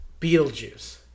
Beetlejuice